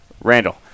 Randall